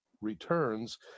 returns